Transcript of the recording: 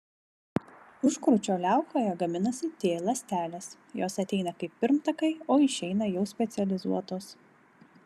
užkrūčio liaukoje gaminasi t ląstelės jos ateina kaip pirmtakai o išeina jau specializuotos